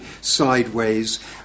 sideways